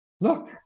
look